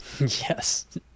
Yes